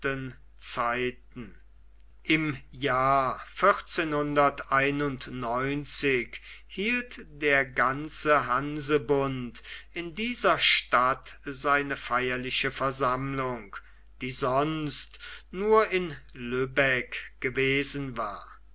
im jahr hielt der ganze hansebund in dieser stadt seine feierliche versammlung die sonst nur in lübeck gewesen war